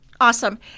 Awesome